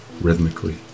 rhythmically